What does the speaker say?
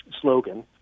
slogan